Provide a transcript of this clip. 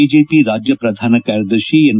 BJP ರಾಜ್ಯಪ್ರಧಾನ ಕಾರ್ಯದರ್ಶಿ N